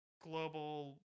global